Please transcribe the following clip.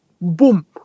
boom